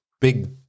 big